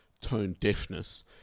tone-deafness